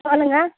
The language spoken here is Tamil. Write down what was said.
சொல்லுங்கள்